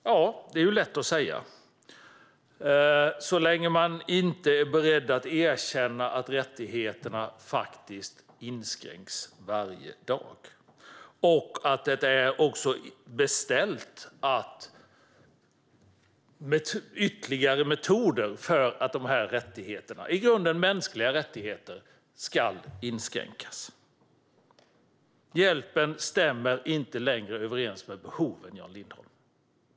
Ja, det är lätt att säga - så länge man inte är beredd att erkänna att rättigheterna faktiskt inskränks varje dag och att det har beställts ytterligare metoder för att dessa rättigheter, i grunden mänskliga rättigheter, ska inskränkas. Hjälpen stämmer inte längre överens med behoven, Jan Lindholm.